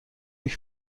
حکم